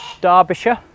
Derbyshire